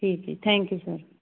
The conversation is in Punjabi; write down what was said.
ਠੀਕ ਠੀਕ ਥੈਂਕ ਯੂ ਸਰ